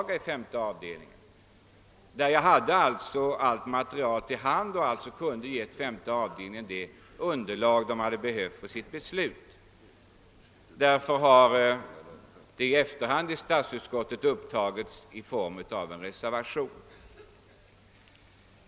Jag kunde alltså inte redovisa mitt material och ge femte avdelningen den grund som avdelningen kunde behöva för sitt beslut. Därför har jag och några andra utskottsledamöter i efterhand utformat en reservation.